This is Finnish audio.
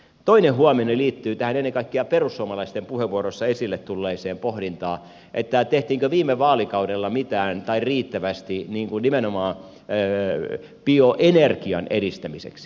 toinen huomioni liittyy tähän ennen kaikkea perussuomalaisten puheenvuoroissa esiin tulleeseen pohdintaan tehtiinkö viime vaalikaudella mitään tai riittävästi nimenomaan bioenergian edistämiseksi